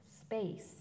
space